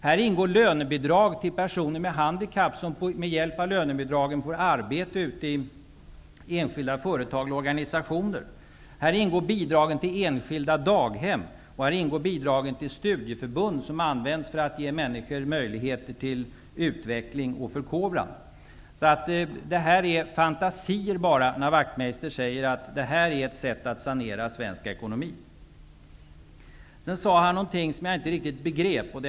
Här ingår lönebidrag till personer med handikapp, som med hjälp av detta bidrag får arbete ute i enskilda företag och organisationer. Här ingår bidragen till enskilda daghem och bidragen till studieförbunden, som används för att ge människor möjligheter till utveckling och förkovran. Det är bara fantasier när Wachtmeister säger att detta är ett sätt att sanera svensk ekonomi. Sedan sade han någonting som jag inte riktigt begrep.